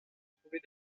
trouver